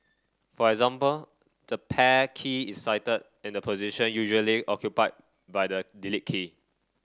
for example the Pair key is sited in the position usually occupied by the Delete key